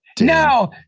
No